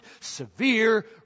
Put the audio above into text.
severe